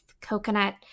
coconut